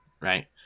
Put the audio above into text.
right